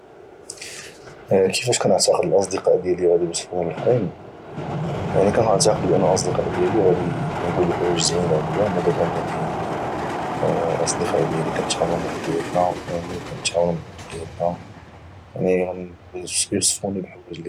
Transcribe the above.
كيفاش كانعتقد الاصدقاء ديالي غادي يوصفوني الاخرين يعني كنعتقد ان الاصدقاء ديالي غادي يقولوا الحوايج زوينه علي ما دام انني يعني الاصدقاء ديالي كنتعاونوا مع بعضياتنا ويعني غادي يوصفوني بحوايج اللي زوينه